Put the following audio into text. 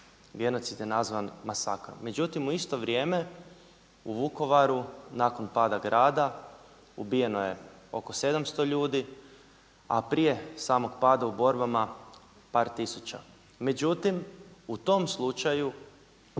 genocid je nazvan masakrom. Međutim u isto vrijeme u Vukovaru nakon pada grada ubijeno je oko 700 ljudi, a prije samog pada u borbama par tisuća. Međutim, u tom slučaju